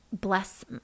bless